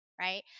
right